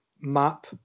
map